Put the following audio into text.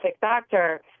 doctor